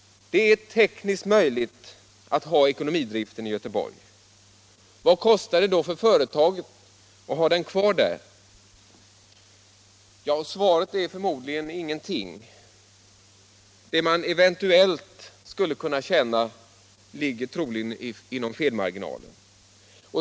Det är tekniskt möjligt att ha ekonomidriften i Göteborg. Vad kostar det då företaget att ha den kvar där? Svaret är förmodligen: Ingenting. Det man eventuellt skulle kunna tjäna ligger troligen inom felmarginalen.